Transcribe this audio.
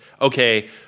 okay